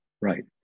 right